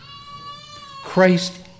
Christ